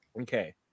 Okay